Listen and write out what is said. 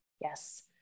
Yes